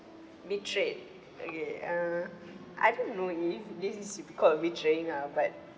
betrayed okay uh I don't know if this is because of betraying ah but